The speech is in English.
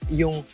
yung